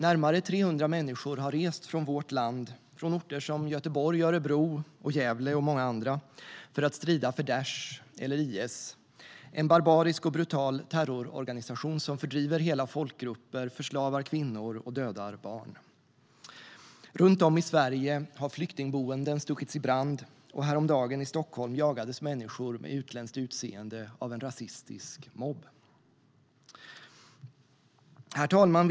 Närmare 300 människor har rest från vårt land, från orter som Göteborg, Örebro, Gävle och många andra för att strida för Daish eller IS, en barbarisk och brutal terrororganisation som fördriver hela folkgrupper, förslavar kvinnor och dödar barn. Runt om i Sverige har flyktingboenden stuckits i brand, och häromdagen i Stockholm jagades människor med utländskt utseende av en rasistisk mobb. Herr talman!